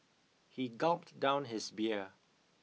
he gulped down his beer